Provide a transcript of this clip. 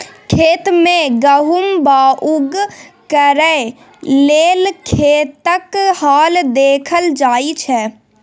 खेत मे गहुम बाउग करय लेल खेतक हाल देखल जाइ छै